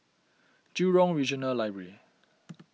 Jurong Regional Library